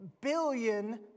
billion